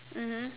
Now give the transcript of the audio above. mmhmm